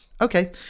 Okay